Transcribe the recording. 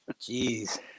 Jeez